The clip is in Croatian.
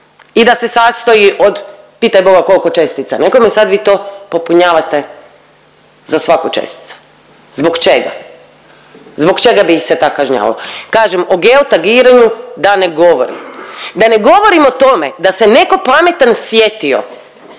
i da se sastoji od pitaj boga koliko čestica nego sad vi to popunjavate za svaku česticu. Zbog čega? Zbog čega bi ih se tak' kažnjavalo? Kažem o geo tagiranju da ne govorim, da ne govorim o tome da se netko pametan sjetio